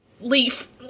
Leaf